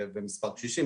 מספר קשישים,